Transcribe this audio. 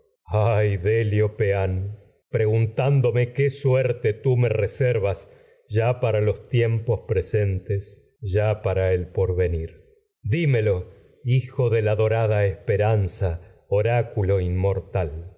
preguntán dome qué suerte tú me reservas ya los tiempos la presentes ya para rada a el porvenir dimelo hijo de do esperanza ti oráculo inmortal